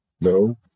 no